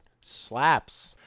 Slaps